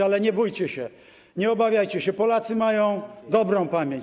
Ale nie bójcie się, nie obawiajcie się, Polacy mają dobrą pamięć.